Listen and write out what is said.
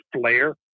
flare